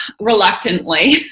reluctantly